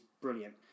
brilliant